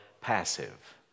passive